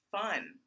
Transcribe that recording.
fun